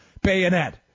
bayonet